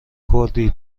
کردی